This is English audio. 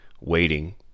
waiting